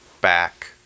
back